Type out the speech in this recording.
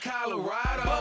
Colorado